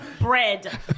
Bread